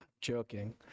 Joking